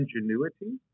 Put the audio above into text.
ingenuity